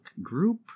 group